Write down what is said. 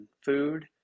food